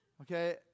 Okay